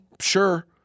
Sure